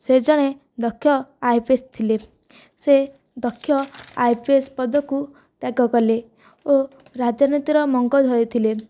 ସେ ଜଣେ ଦକ୍ଷ ଆଇପିଏସ୍ ଥିଲେ ସେ ଦକ୍ଷ ଆଇପିଏସ୍ ପଦକୁ ତ୍ୟାଗ କଲେ ଓ ରାଜନୀତିର ମଙ୍ଗ ଧରିଥିଲେ